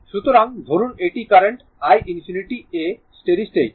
সুতরাং ধরুন এটি current i ∞ a steady state